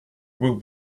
will